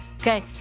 okay